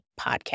Podcast